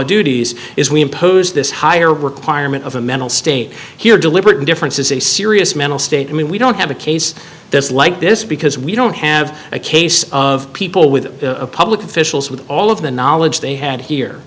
duties is we impose this higher requirement of a mental state here deliberate indifference is a serious mental state i mean we don't have a case that's like this because we don't have a case of people with public officials with all of the knowledge they had here